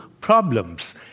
problems